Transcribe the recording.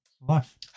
life